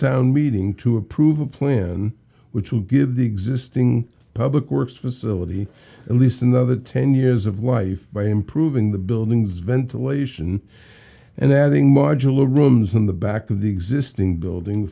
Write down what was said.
town meeting to approve a plan which will give the existing public works facility at least another ten years of life by improving the building's ventilation and adding modular rooms in the back of the existing building